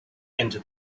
into